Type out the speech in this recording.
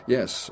Yes